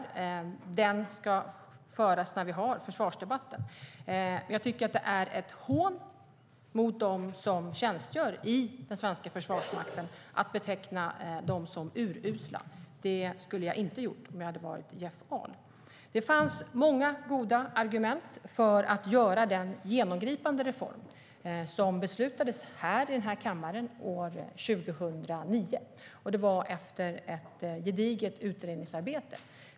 Den ska föras när vi har försvarsdebatten. Jag tycker att det är ett hån mot dem som tjänstgör i den svenska Försvarsmakten att beteckna dem som urusla. Det skulle jag inte ha gjort om jag hade varit Jeff Ahl.Det fanns många goda argument för att göra den genomgripande reform som beslutades i den här kammaren år 2009. Det skedde efter ett gediget utredningsarbete.